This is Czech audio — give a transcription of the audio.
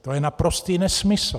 To je naprostý nesmysl.